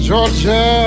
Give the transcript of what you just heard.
Georgia